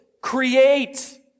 create